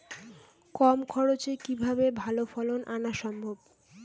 কম খরচে কিভাবে ভালো ফলন আনা সম্ভব?